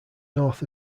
north